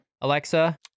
alexa